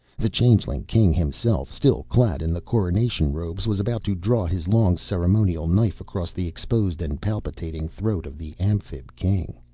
the changeling-king himself, still clad in the coronation robes, was about to draw his long ceremonial knife across the exposed and palpitating throat of the amphib king.